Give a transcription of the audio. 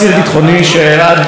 בבית הזה,